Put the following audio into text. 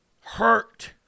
hurt